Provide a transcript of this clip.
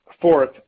Fourth